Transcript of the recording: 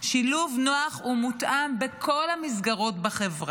על שילוב נוח ומותאם בכל המסגרות בחברה,